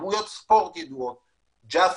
דמויות ספורט ידועות ועוד.